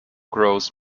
grows